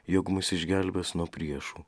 jog mus išgelbės nuo priešų